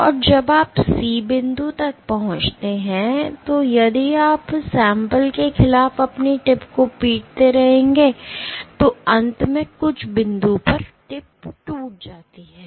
और जब आप C बिंदु तक पहुंचते हैं तो यदि आप नमूने के खिलाफ अपनी टिप को पीटते रहते हैं तो अंत में कुछ बिंदु पर टिप टूट जाएगी